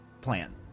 plan